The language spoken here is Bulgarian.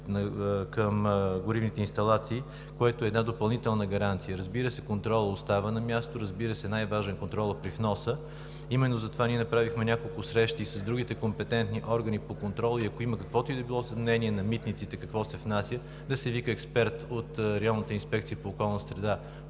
към горивните инсталации, което е една допълнителна гаранция. Контролът остава на място, разбира се, най-важен е контролът при вноса. Именно затова ние направихме няколко срещи с другите компетентни органи по контрола и ако има каквото и да било съмнение на митниците какво се внася, да се вика експерт от районната инспекция по околна среда